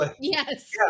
Yes